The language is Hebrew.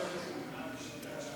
כנסת